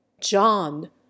John